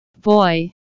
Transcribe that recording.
boy